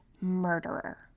murderer